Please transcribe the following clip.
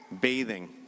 bathing